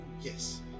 Yes